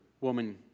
woman